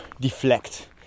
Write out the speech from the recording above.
deflect